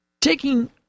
taking